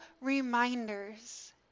reminders